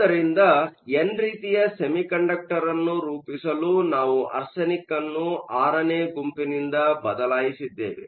ಆದ್ದರಿಂದ ಎನ್ ರೀತಿಯ ಸೆಮಿಕಂಡಕ್ಟರ್ ಅನ್ನು ರೂಪಿಸಲು ನಾವು ಆರ್ಸೆನಿಕ್ಅನ್ನು VI ನೇ ಗುಂಪಿನನಿಂದ ಬದಲಾಯಿಸಲಿದ್ದೇವೆ